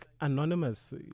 Anonymous